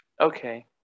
okay